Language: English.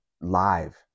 live